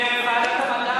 לוועדת המדע